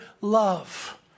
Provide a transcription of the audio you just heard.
love